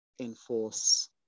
enforce